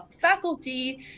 faculty